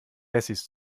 wessis